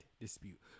dispute